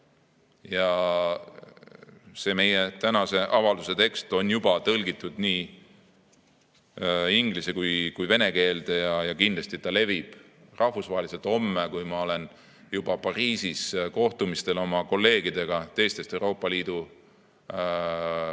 Meie tänase avalduse tekst on juba tõlgitud nii inglise kui ka vene keelde ja kindlasti levib see rahvusvaheliselt. Homme, kui ma olen Pariisis kohtumisel oma kolleegidega teistest Euroopa Liidu